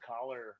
collar